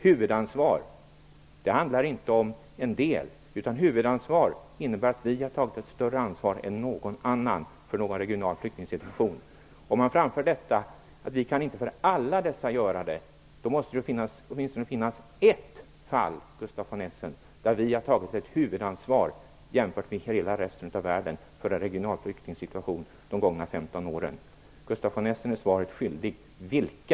Huvudansvar handlar inte om en del, utan huvudansvar innebär att vi har tagit ett större ansvar än någon annan för någon regional flyktingsituation. Om man framför att vi inte kan göra det för alla dessa måste det åtminstone finnas ett fall, Gustaf von Essen, där vi jämfört med hela resten av världen har tagit ett huvudansvar för en regional flyktingsituation de gångna 15 åren. Gustaf von Essen är svaret skyldig. Vilka?